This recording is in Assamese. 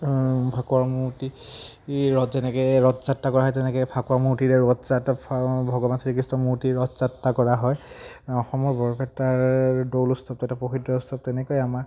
ফাকুৱাৰ মূৰ্তি ৰথ যেনেকৈ ৰথ যাত্ৰা কৰা হয় তেনেকৈ ফাকুৱা মূৰ্তিৰে ৰথ যাত্ৰা ভগৱান শ্ৰীকৃষ্ণ মূৰ্তি ৰথ যাত্ৰা কৰা হয় অসমৰ বৰপেটাৰ দৌল উৎসৱ তথা প্ৰসিদ্ধ উৎসৱ তেনেকৈ আমাৰ